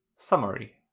Summary